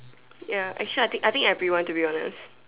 ya actually I think I think everyone to be honest